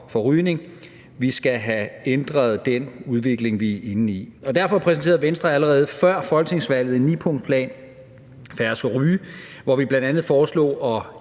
for rygning. Vi skal have ændret den udvikling, vi er inde i. Derfor præsenterede Venstre allerede før folketingsvalget nipunktsplanen »Dyrere cigaretter –